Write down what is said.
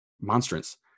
monstrance